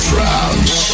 France